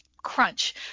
crunch